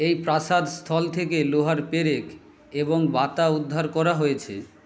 এই প্রাসাদ স্থল থেকে লোহার পেরেক এবং বাতা উদ্ধার করা হয়েছে